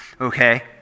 okay